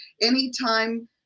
anytime